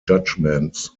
judgements